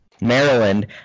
Maryland